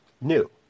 New